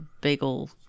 bagel